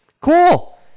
Cool